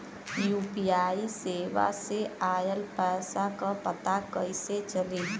UPI सेवा से ऑयल पैसा क पता कइसे चली?